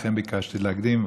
לכן ביקשתי להקדים,